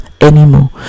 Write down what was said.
anymore